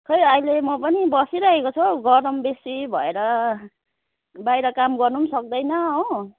खोइ अहिले म पनि बसिरहेको छु हौ गरम बेसी भएर बाहिर काम गर्नु पनि सक्दैन हो